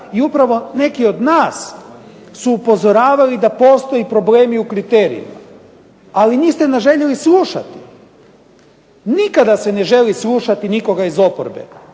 i upravo neki od nas su upozoravali da postoje problemi u kriterijima. Ali niste nas željeli slušati. Nikada se ne želi slušati nikoga iz oporbe